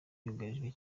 yugarijwe